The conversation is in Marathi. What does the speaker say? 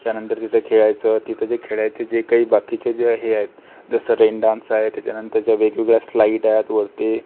त्यानंतर तिथे खेळायचं तिथे जे खेळायचं जे काही बाकीचं जे हे आहेत जसं रेन डान्स आहे त्याच्यानंतरच्या वेगवेगळ्या स्लाईड आहेत वरती